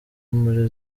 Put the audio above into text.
muri